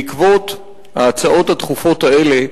בעקבות ההצעות הדחופות האלה,